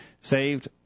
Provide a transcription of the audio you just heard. saved